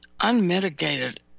unmitigated